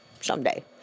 someday